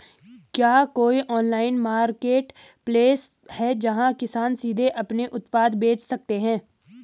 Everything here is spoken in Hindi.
क्या कोई ऑनलाइन मार्केटप्लेस है, जहां किसान सीधे अपने उत्पाद बेच सकते हैं?